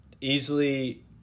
Easily